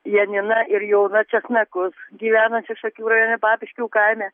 janiną ir joną česnakus gyvenančius šakių rajone papiškių kaime